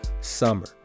Summer